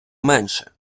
менше